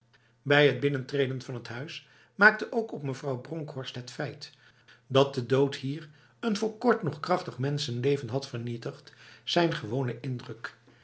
bij het binnentreden van het huis maakte ook op mevrouw bronkhorst het feit dat de dood hier een voor kort nog krachtig mensenleven had vernietigd zijn gewone indruk